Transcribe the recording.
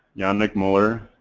jannik moller,